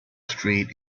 street